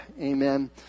Amen